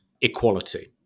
equality